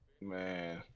man